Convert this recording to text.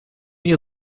ihr